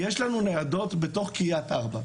יש לנו ניידות בתוך קריית ארבע.